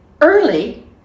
early